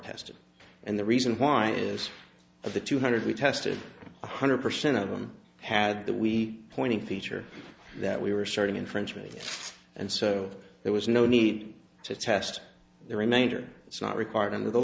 tested and the reason why is of the two hundred we tested one hundred percent of them had the we pointing feature that we were starting infringement and so there was no need to test the remainder it's not require